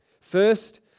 First